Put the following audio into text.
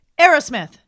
Aerosmith